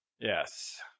Yes